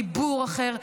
דיבור אחר,